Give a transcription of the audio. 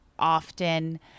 Often